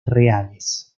reales